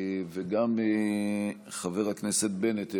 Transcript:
גם חבר הכנסת בנט איננו.